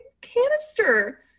canister